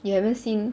you haven't seen